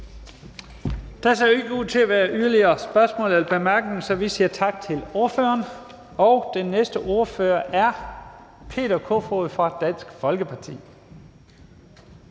ser ikke ud til at være yderligere spørgsmål eller bemærkninger, så vi siger tak til ordføreren. Den næste ordfører er hr. Peter Kofod fra Dansk Folkeparti.